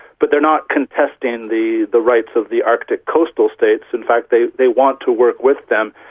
but they're not contesting the the rights of the arctic coastal states, in fact they they want to work with them,